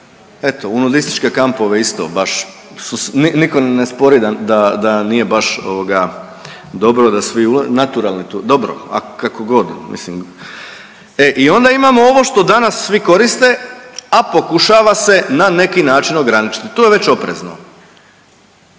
eto u nudističke kampove isto baš nitko na spori da nije baš ovoga da svi, naturalni, dobro kako god, mislim, e i onda imamo ovo što danas svi koriste, a pokušava se na neki način ograničiti. Tu je već oprezno.